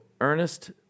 Ernest